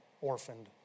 orphaned